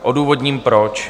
Odůvodním proč.